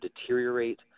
deteriorate